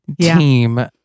team